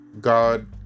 God